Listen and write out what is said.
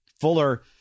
Fuller